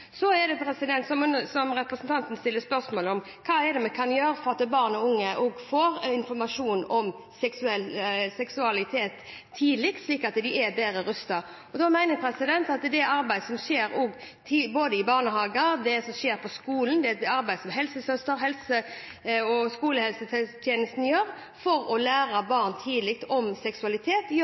for at barn og unge får informasjon om seksualitet tidlig, slik at de er bedre rustet. Da mener jeg at det arbeidet som skjer både i barnehagen og i skolen, og det arbeidet som helsesøster og skolehelsetjenesten gjør for å lære barn tidlig om seksualitet, gjør